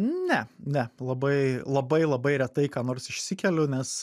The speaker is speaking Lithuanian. ne ne labai labai labai retai ką nors išsikeliu nes